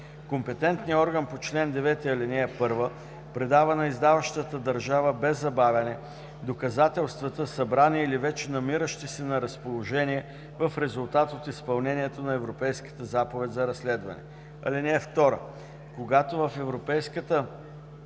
Компетентният орган по чл. 9, ал. 1 предава на издаващата държава без забавяне доказателствата, събрани или вече намиращи се на разположение в резултат от изпълнението на Европейската заповед за разследване. (2) Когато в Европейската